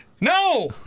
No